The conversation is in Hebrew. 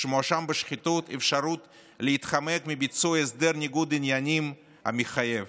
שמואשם בשחיתות אפשרות להתחמק מביצוע הסדר ניגוד עניינים מחייב.